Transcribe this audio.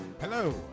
Hello